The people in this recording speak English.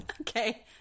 Okay